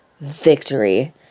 victory